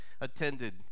attended